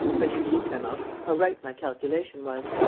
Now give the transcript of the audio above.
but you see, clemence, how right my calculation was.